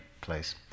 place